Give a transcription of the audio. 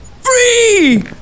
Free